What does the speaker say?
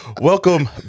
Welcome